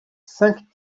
cinq